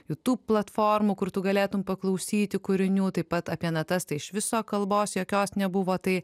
kitų platformų kur tu galėtumei paklausyti kūrinių taip pat apie natas tai iš viso kalbos jokios nebuvo tai